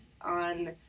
on